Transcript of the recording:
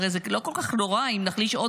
הרי זה לא כל כך נורא אם נחליש עוד